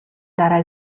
дараа